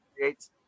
creates